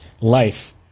life